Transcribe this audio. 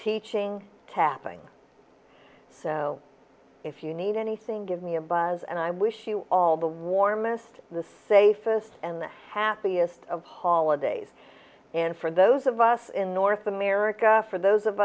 teaching tapping so if you need anything give me a buzz and i wish you all the warmest the safest and the happiest of holidays and for those of us in north america for those of